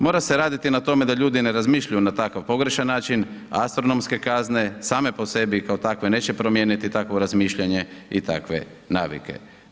Mora se raditi o tome da ljudi ne razmišljaju na takav pogrešan način astronomske kazne same po sebi kao takve neće promijeniti takvo razmišljanje i takve navike.